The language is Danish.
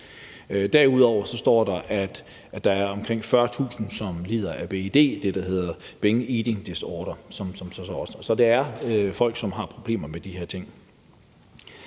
Derudover står der, at der er omkring 40.000, som lider af bed – det, der hedder binge eating disorder. Så der er folk, som har problemer med de her ting.